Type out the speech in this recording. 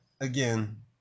again